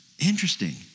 Interesting